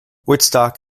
woodstock